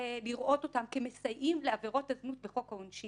גם אם לא, צריך לכתוב את זה בחוק.